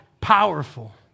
Powerful